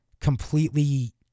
completely